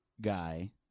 guy